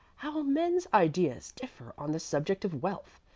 how men's ideas differ on the subject of wealth!